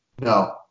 No